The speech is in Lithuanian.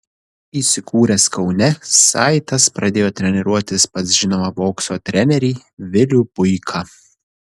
įsikūręs kaune saitas pradėjo treniruotis pas žinomą bokso trenerį vilių buiką